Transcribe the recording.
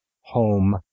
home